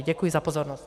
Děkuji za pozornost.